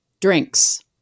drinks